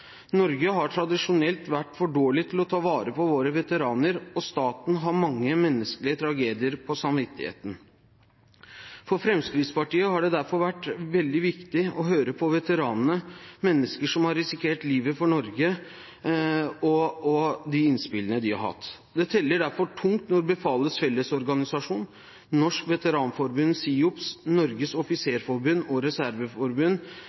Norge har tradisjonelt vært for dårlig til å ta vare på sine veteraner, og staten har mange menneskelige tragedier på samvittigheten. For Fremskrittspartiet har det derfor vært veldig viktig å høre på veteranene, mennesker som har risikert livet for Norge, og de innspillene de har hatt. Det teller derfor tungt når Befalets Fellesorganisasjon, Veteranforbundet SIOPS, Norges Offisersforbund og